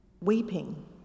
weeping